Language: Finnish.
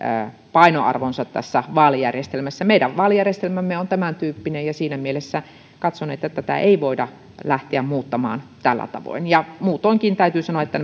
painoarvonsa tässä vaalijärjestelmässä meidän vaalijärjestelmämme on tämäntyyppinen ja siinä mielessä katson että tätä ei voida lähteä muuttamaan tällä tavoin muutoinkin täytyy sanoa että